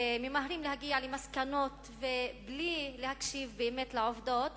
וממהרים להגיע למסקנות בלי להקשיב באמת לעובדות,